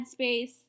Headspace